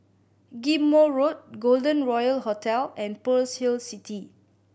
Ghim Moh Road Golden Royal Hotel and Pearl's Hill City